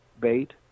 bait